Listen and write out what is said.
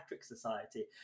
Society